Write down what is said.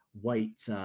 white